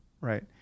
right